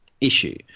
issue